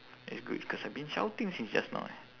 that's good because I've been shouting since just now eh